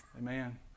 Amen